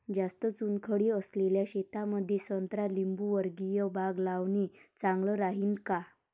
जास्त चुनखडी असलेल्या शेतामंदी संत्रा लिंबूवर्गीय बाग लावणे चांगलं राहिन का?